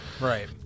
Right